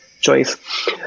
choice